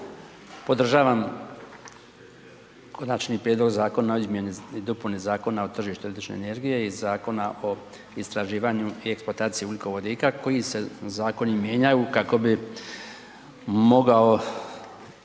Podržavam Konačni prijedlog zakona o izmjeni i dopuni Zakona o tržištu električne energije i Zakona o istraživanju i eksploataciji ugljikovodika, koji se zakoni mijenjaju kako bi mogao